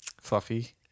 Fluffy